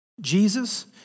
Jesus